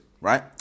right